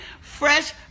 fresh